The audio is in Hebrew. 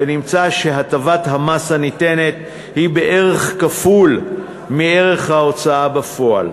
ונמצא שהטבת המס הניתנת היא בערך כפול מערך ההוצאה בפועל.